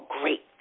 great